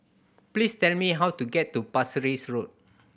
please tell me how to get to Parsi Road